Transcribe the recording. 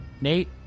Nate